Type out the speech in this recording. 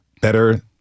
Better